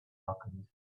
alchemist